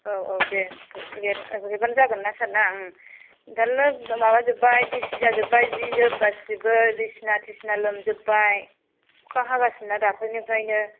औ औ दे लिरना हैबानो जागोन ना सार ना थारला माबा जोब्बाय गिसि जाजोबबाय जि जोम गासिबो बिसिना थिसिना लोमजोबबाय अखा हागासिनो ना दाखलिनिफ्रायनो